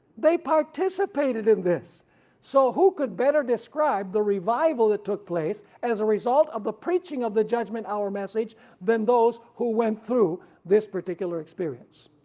they participated in this so who could better describe the revival that took place as a result of the preaching of the judgment hour message than those who went through this particular experience.